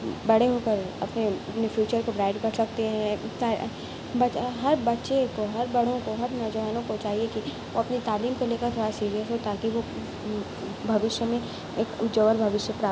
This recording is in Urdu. بڑے ہو کر اپنے اپنے فیوچر کو برائٹ کر سکتے ہیں ہر بچے کو ہر بڑوں کو ہر نوجوانوں کو چاہیے کہ وہ اپنی تعلیم کو لیکر بہت سیریس ہوں تاکہ وہ بھوشیہ میں ایک اجول بھوشیہ پراپت